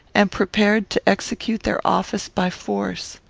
and prepared to execute their office by force.